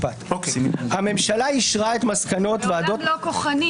"הממשלה אישרה את מסקנות ----- לא כוחני.